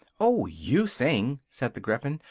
oh! you sing! said the gryphon,